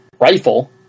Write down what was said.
rifle